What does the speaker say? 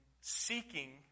seeking